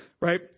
right